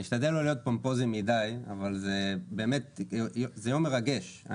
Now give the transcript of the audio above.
אני אשתדל לא להיות פומפוזי מדי אבל זה באמת יום מרגש.